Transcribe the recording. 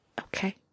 okay